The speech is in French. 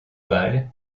balles